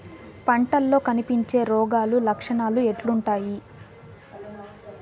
పంటల్లో కనిపించే రోగాలు లక్షణాలు ఎట్లుంటాయి?